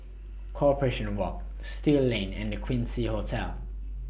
Corporation Walk Still Lane and The Quincy Hotel